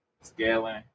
scaling